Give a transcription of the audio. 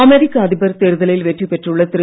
அமெரிக்க அதிபர் தேர்தலில் வெற்றி பெற்றுள்ள திரு